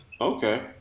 Okay